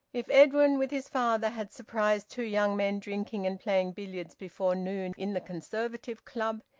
if edwin with his father had surprised two young men drinking and playing billiards before noon in the conservative club,